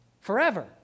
Forever